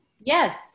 Yes